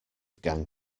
gang